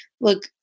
look